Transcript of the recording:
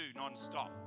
nonstop